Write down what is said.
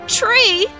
tree